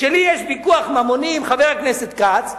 כשלי יש ויכוח ממוני עם חבר הכנסת כץ,